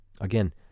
Again